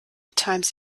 times